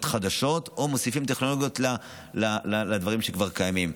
חדשות או מוסיפים טכנולוגיות לדברים שכבר קיימים.